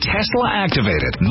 Tesla-activated